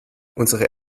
unsere